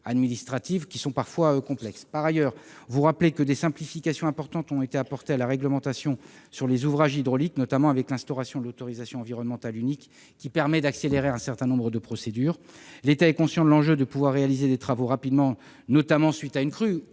administratives complexes. Des simplifications importantes ont été apportées à la réglementation sur les ouvrages hydrauliques, notamment avec l'instauration de l'autorisation environnementale unique, qui permet d'accélérer un certain nombre de procédures. L'État est conscient de l'enjeu lié à la nécessité de réaliser des travaux rapidement, notamment à la suite d'une crue